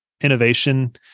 innovation